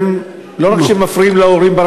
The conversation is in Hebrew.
שלא רק שמפריעים להורים,